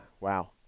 wow